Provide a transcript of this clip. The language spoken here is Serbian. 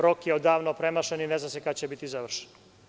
Rok je odavno premašen i ne zna se kada će biti završen.